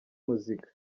muzika